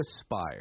aspire